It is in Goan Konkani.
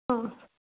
आ